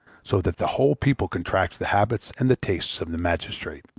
so that the whole people contracts the habits and the tastes of the magistrate.